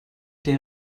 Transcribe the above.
der